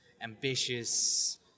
ambitious